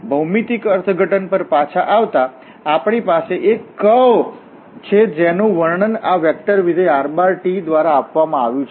ભૌમિતિક અર્થઘટન પર પાછા આવતાં આપણી પાસે એક કર્વ વળાંક છે જેનું વર્ણન આ વેક્ટરવિધેય rt દ્વારા કરવામાં આવ્યું છે